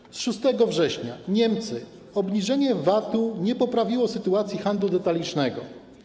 Cytat z 6 września, Niemcy: Obniżenie VAT-u nie poprawiło sytuacji handlu detalicznego.